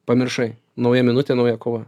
pamiršai nauja minutė nauja kova